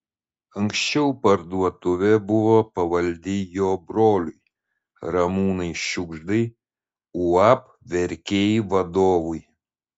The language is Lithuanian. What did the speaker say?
anksčiau parduotuvė buvo pavaldi jo broliui ramūnui šiugždai uab verkiai vadovui